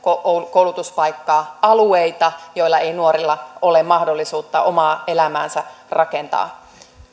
koulutuspaikkaa alueita joilla ei nuorilla ole mahdollisuutta omaa elämäänsä rakentaa